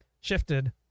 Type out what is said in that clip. shifted